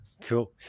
Cool